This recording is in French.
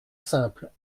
simple